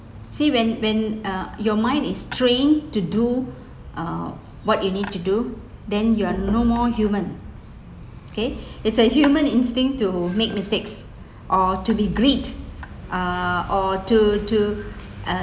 see when when uh your mind is trained to do uh what you need to do then you are no more human okay it's a human instinct to make mistakes or to be greed uh or to to uh